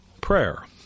prayer